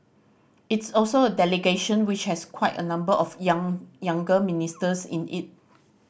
it's also a delegation which has quite a number of young younger ministers in it